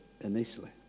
initially